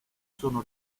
sono